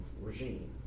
regime